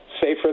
safer